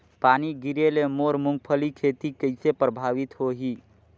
पानी गिरे ले मोर मुंगफली खेती कइसे प्रभावित होही?